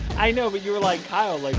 i know, but you were like, kyle, like